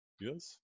Yes